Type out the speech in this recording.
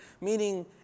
meaning